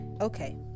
okay